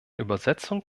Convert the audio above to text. übersetzung